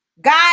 Guys